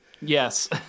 Yes